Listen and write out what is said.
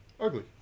ugly